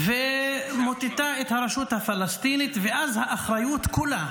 ומוטטה את הרשות הפלסטינית ואז האחריות כולה,